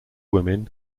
women